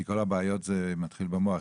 כי כל הבעיות מתחילות במוח.